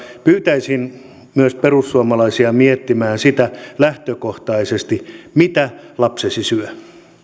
pyytäisin myös perussuomalaisia miettimään lähtökohtaisesti sitä mitä lapsesi syö